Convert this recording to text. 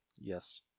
Yes